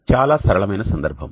చాలా సరళమైన సందర్భం